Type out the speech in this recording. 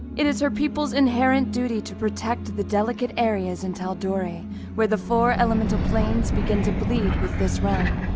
it is her people's inherent duty to protect the delicate areas in tal'dorei where the four elemental planes begin to bleed with this realm.